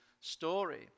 story